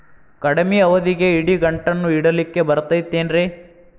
ಕಡಮಿ ಅವಧಿಗೆ ಇಡಿಗಂಟನ್ನು ಇಡಲಿಕ್ಕೆ ಬರತೈತೇನ್ರೇ?